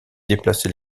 déplacer